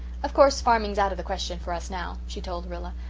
of course farming's out of the question for us now, she told rilla,